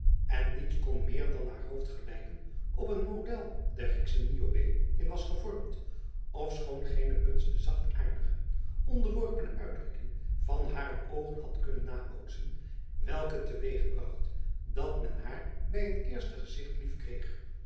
en niets kon meer dan haar hoofd gelijken op een model der grieksche niobé in was gevormd ofschoon geene kunst de zachtaardige onderworpene uitdrukking van hare oogen had kunnen nabootsen welke teweegbracht dat men haar bij het eerste gezicht